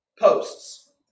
posts